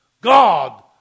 God